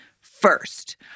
first